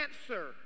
answer